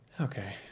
Okay